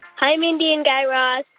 hi, mindy and guy raz.